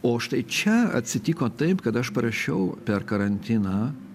o štai čia atsitiko taip kad aš parašiau per karantiną